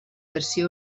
versió